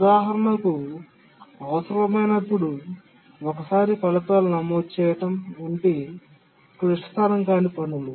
ఉదాహరణకు అవసరమైనప్పుడు ఒకసారి ఫలితాలు నమోదు చేయటం వంటి క్లిష్టతరం కాని పనులు